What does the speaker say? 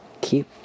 keep